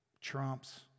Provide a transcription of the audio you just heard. trumps